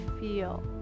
feel